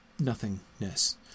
nothingness